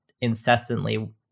incessantly